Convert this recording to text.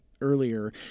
earlier